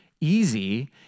easy